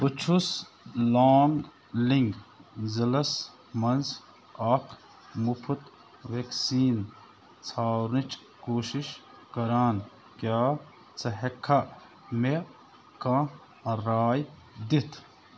بہٕ چھُس لانٛگلِنٛگ ضلعس مَنٛز اَکھ مُفت ویکسیٖن ژھارنٕچ کوٗشِش کَران کیٛاہ ژٕ ہیٚکٕکھا مےٚ کانٛہہ رائے دِتھ